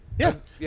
Yes